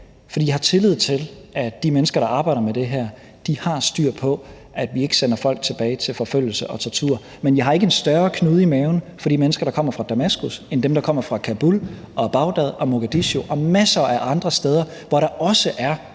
jeg har tillid til, at de mennesker, der arbejder med det her, har styr på, at vi ikke sender folk tilbage til forfølgelse og tortur, men jeg har ikke en større knude i maven for de mennesker, der kommer fra Damaskus, end dem, der kommer fra Kabul eller Bagdad eller Mogadishu eller masser af andre steder, hvor der også er